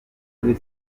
kuri